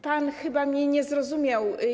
Pan chyba mnie nie zrozumiał.